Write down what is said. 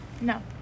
No